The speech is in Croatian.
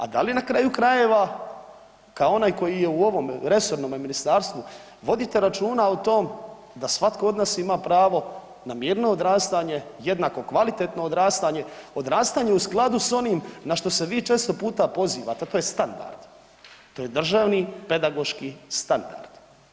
A da li na kraju krajeva kao onaj koji je u ovom resornom ministarstvu, vodite računa o tom da svatko od nas ima pravo na mirno odrastanje, jednako kvalitetno odrastanje, odrastanje u skladu s onim na što se vi često puta pozivate, to je standard, to je državni pedagoški standard?